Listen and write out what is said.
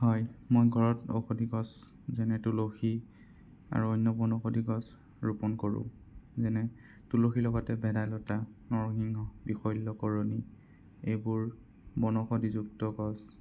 হয় মই ঘৰত ঔষধি গছ যেনে তুলসী আৰু অন্য ঔষধি গছ ৰোপণ কৰোঁ যেনে তুলসীৰ লগতে ভেদাইলতা নৰসিংহ বিশল্যকৰণী এইবোৰ বনৌষধিযুক্ত গছ